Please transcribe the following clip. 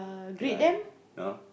kay lah no